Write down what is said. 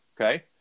okay